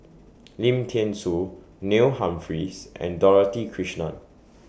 Lim Thean Soo Neil Humphreys and Dorothy Krishnan